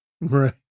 Right